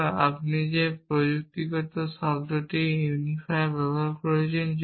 সুতরাং আপনি যে প্রযুক্তিগত শব্দটি ইউনিফায়ার ব্যবহার করছেন